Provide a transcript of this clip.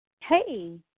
Hey